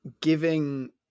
giving